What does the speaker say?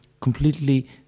completely